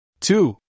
Two